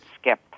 skip